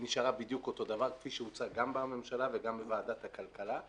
היא נשארה בדיוק אותו דבר כפי שהוצג גם בממשלה וגם בוועדת הכלכלה.